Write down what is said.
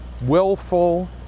willful